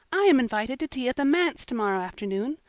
i am invited to tea at the manse tomorrow afternoon!